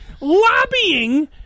lobbying